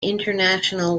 international